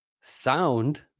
Sound